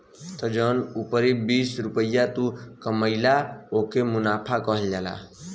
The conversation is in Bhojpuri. त जौन उपरी बीस रुपइया तू कमइला ओके मुनाफा कहल जाला